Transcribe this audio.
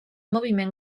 moviment